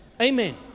Amen